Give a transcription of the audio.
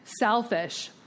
selfish